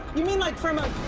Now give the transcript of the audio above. you mean, like, from a